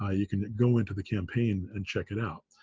ah you can go into the campaign and check it out.